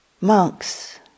Monks